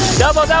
double,